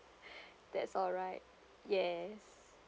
that's alright yes